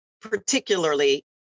particularly